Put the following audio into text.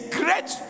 great